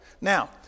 Now